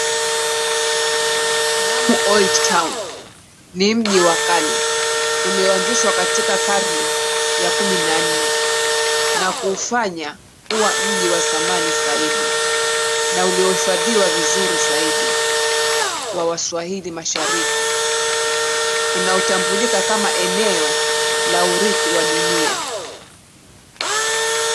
Lamu old town ni mji wa kale ulioanzishwa katika Karne ya Kumi na nne na kufanya kuwa mji wa zamani zaidi na uliohifadhiwa vizuri zaidi wa Waswahili mashariki unaotambulika kama eneo la urithi wa dunia.